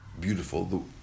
beautiful